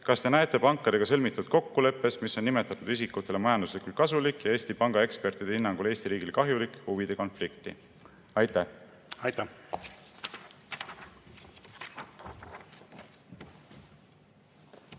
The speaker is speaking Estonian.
kas te näete pankadega sõlmitud kokkuleppes, mis on nimetatud isikutele majanduslikult kasulik ja Eesti Panga ekspertide hinnangul Eesti riigile kahjulik, huvide konflikti? Aitäh!